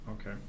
okay